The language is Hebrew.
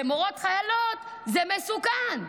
למורות חיילות זה מסוכן.